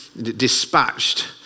dispatched